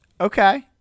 Okay